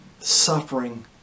suffering